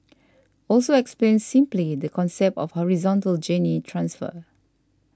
also explained simply the concept of horizontal gene transfer